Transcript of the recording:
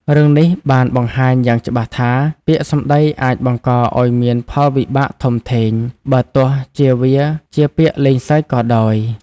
រឿងនេះបានបង្ហាញយ៉ាងច្បាស់ថា ពាក្យសម្តីអាចបង្កឱ្យមានផលវិបាកធំធេង បើទោះជាវាជាពាក្យលេងសើចក៏ដោយ។